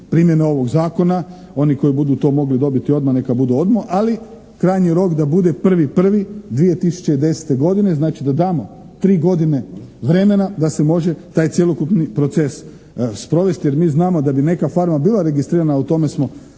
primjene ovog zakona. Oni koji to budu mogli dobiti odmah, neka budu odmah, ali krajnji rok da bude 01.01.2010. godine. Znači, da damo tri godine vremena da se može taj cjelokupni proces sprovesti jer mi znamo da bi neka farma bila registrirana, a o tome smo